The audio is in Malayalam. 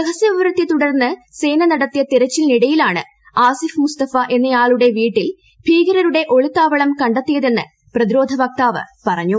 രഹസ്യവിവരത്തെ തുടർന്ന് സേന നടത്തിയ തെരച്ചിലിനിടെയാണ് ആസിഫ് മുസ്തഫ എന്നയാളുടെ വീട്ടിൽ ഭീകരരുടെ ഒളിത്താവളം കണ്ടെത്തിയതെന്ന് പ്രതിരോധ വക്താവ് പറഞ്ഞു